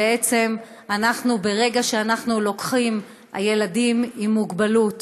בעצם, ברגע שאנחנו לוקחים ילדים עם מוגבלות,